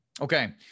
Okay